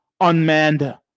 unmanned